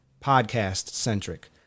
podcast-centric